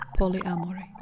polyamory